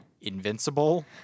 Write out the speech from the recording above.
...invincible